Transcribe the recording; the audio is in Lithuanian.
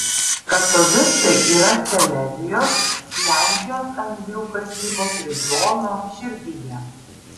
katovicai yra silezijos lenkijos anglių kasybos regiono širdyje